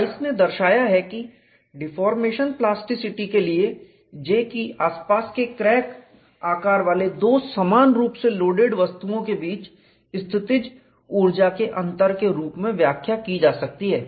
rice ने दर्शाया है कि डिफॉर्मेशन प्लास्टिसिटी के लिए J की आसपास के क्रैक आकार वाले दो समान रूप से लोडेड वस्तुओं के बीच स्थितिज ऊर्जा पोटेंशियल एनर्जी के अंतर के रूप में व्याख्या की जा सकती है